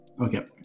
Okay